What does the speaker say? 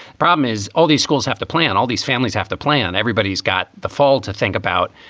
problem is, all these schools have to plan. all these families have to plan. everybody's got the fall to think about.